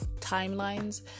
timelines